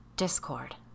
discord